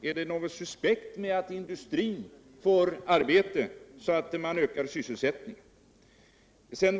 Är det något suspekt med att industrin får arbete så alt man kan öka sysselsättningen?